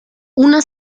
una